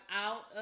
out